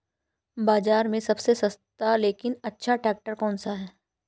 बाज़ार में सबसे सस्ता लेकिन अच्छा ट्रैक्टर कौनसा है?